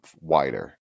wider